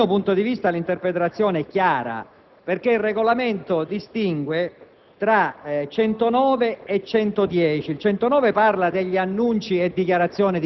Noi abbiamo assistito ad una interpretazione da parte della Presidenza che non ci aveva convinto. C'è stato anche un dibattito molto approfondito sul tema.